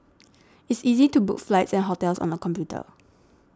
it's easy to book flights and hotels on the computer